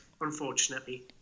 unfortunately